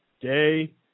day